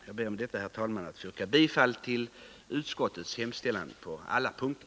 Jag ber med det anförda, herr talman, att få yrka bifall till utskottets hemställan på alla punkter.